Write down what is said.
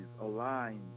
aligned